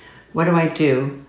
what do i do?